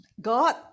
God